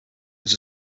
was